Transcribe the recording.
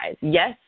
Yes